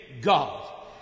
God